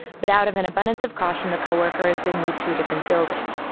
but out of an abundance of caution, the co-worker has been moved to a different building.